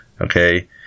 Okay